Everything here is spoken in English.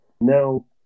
Now